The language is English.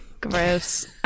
Gross